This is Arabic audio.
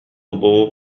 بوب